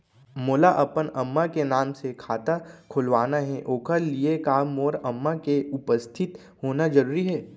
मोला अपन अम्मा के नाम से खाता खोलवाना हे ओखर लिए का मोर अम्मा के उपस्थित होना जरूरी हे?